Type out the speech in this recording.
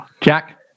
Jack